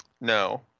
No